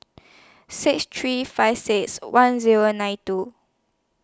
six three five six one Zero nine two